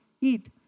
eat